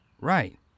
Right